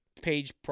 page